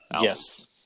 Yes